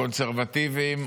קונסרבטיבים,